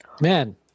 Man